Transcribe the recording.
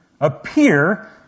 appear